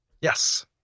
yes